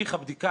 הליך הבדיקה,